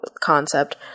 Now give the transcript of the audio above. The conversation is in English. concept